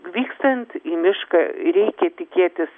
vykstant į mišką reikia tikėtis